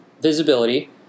visibility